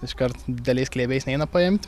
iškart dideliais glėbiais neina paimt